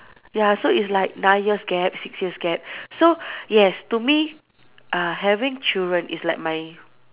ya so it's like nine years gap six years gap so yes to me uh having children is like my